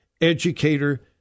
educator